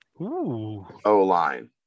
O-line